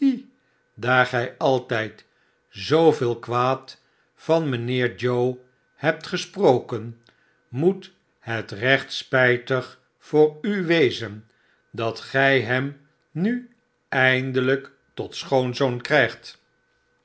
daar gij altijd zoo veel kwaad van mijnheer joe hebt gesproken moet het recht spijtig voor u wezen dat gij hem nu eindelijk tot schoonzoon krijgt